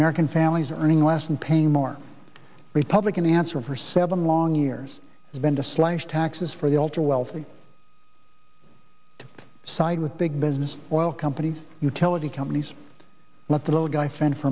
american families earning less and paying more republican answer for seven long years has been to slash taxes for the ultra wealthy to side with big business oil companies utility companies let the little guy fend for